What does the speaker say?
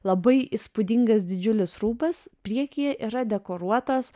labai įspūdingas didžiulis rūbas priekyje yra dekoruotas